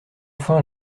faim